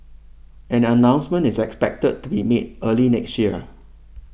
an announcement is expected to be made early next year